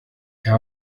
nta